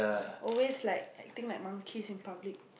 always like acting like monkeys in public